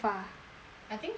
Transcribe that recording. I think she will